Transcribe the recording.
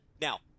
Now